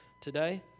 today